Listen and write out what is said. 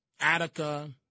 Attica